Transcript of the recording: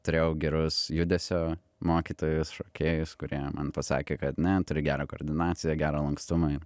turėjau gerus judesio mokytojus šokėjus kurie man pasakė kad ne turi gerą koordinaciją gerą lankstumą